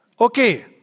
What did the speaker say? Okay